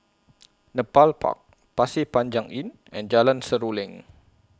Nepal Park Pasir Panjang Inn and Jalan Seruling